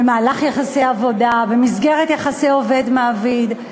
במהלך יחסי עבודה, במסגרת יחסי עובד מעביד,